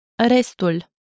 RESTUL